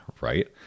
right